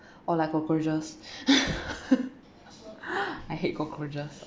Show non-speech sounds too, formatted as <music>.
<breath> or like cockroaches <laughs> I hate cockroaches